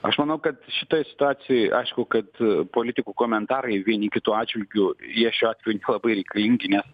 aš manau kad šitoj situacijoj aišku kad politikų komentarai vieni kitų atžvilgiu jie šiuo atveju nelabai reikalingi nes